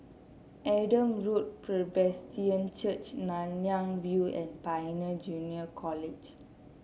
Adam Road Presbyterian Church Nanyang View and Pioneer Junior College